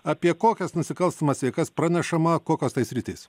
apie kokias nusikalstamas veikas pranešama kokios tai sritys